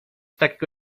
takiego